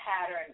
pattern